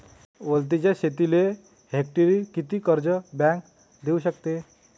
वलताच्या शेतीले हेक्टरी किती कर्ज बँक देऊ शकते?